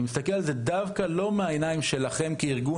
אני מסתכל על זה דווקא לא מהעיניים שלכם כארגון